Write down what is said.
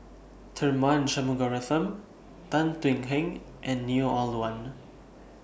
Tharman Shanmugaratnam Tan Thuan Heng and Neo Ah Luan